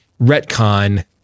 retcon